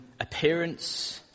appearance